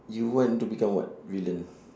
you want to become what villain ah